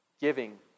Giving